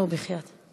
נו, בחייאת.